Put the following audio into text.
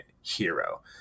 hero